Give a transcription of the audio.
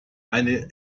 eine